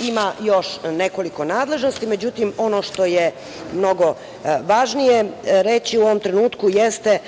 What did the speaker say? Ima još nekoliko nadležnosti. Međutim, ono što je mnogo važnije reći u ovom trenutku jeste